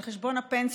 על חשבון הפנסיות,